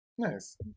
nice